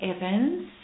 Evans